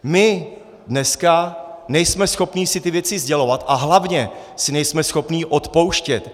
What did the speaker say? My dneska nejsme schopní si ty věci sdělovat a hlavně si nejsme schopní odpouštět.